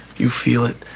you feel it.